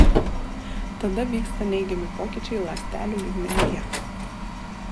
tada vyksta neigiami pokyčiai ląstelių lygmenyje